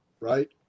right